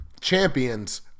champions